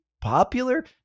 popular